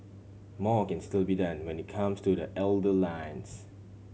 more can still be done when it comes to the older lines